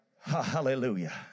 Hallelujah